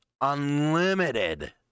Unlimited